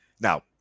Now